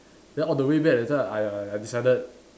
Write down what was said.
then all the way back later I I I decided